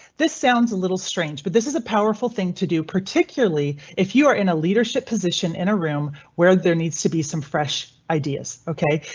this sounds a little strange, but this is a powerful thing to do, particularly if you are in a leadership position in a room where there needs to be some fresh ideas. ok,